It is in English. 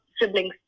siblings